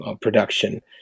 production